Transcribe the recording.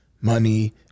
money